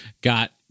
got